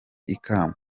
ikamba